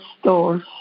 stores